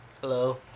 Hello